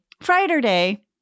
Friday